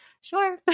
sure